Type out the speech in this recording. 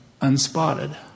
unspotted